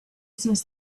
says